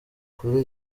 kuri